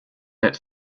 lit